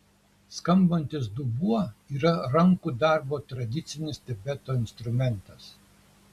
skambantis dubuo yra rankų darbo tradicinis tibeto instrumentas